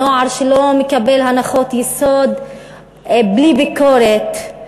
בנוער שלא מקבל הנחות יסוד בלי ביקורת,